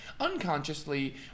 unconsciously